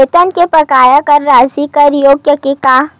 वेतन के बकाया कर राशि कर योग्य हे का?